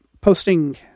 posting